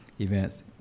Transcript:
events